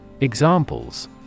Examples